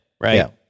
right